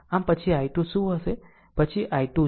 આમ પછી I2 શું હશે પછી I2 છે